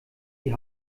die